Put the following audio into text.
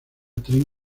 tren